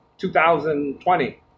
2020